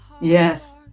Yes